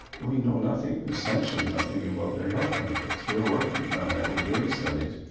we know nothing, essentially nothing about their health benefits we're working on that, we're doing studies,